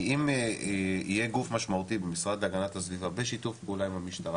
כי אם יהיה גוף משמעותי במשרד להגנת הסביבה בשיתוף פעולה עם המשטרה,